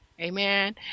Amen